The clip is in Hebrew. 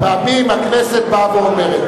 אני רוצה, אתה יושב-ראש הכנסת, אתה גם מודע לזה.